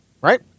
right